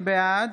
בעד